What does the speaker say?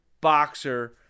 boxer